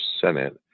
Senate